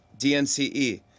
DNCE